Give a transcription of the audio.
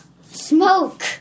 Smoke